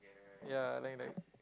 ya like like